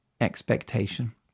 expectation